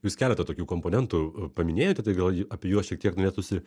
jūs keletą tokių komponentų paminėjote tai gal apie juos šiek tiek norėtųsi